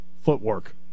footwork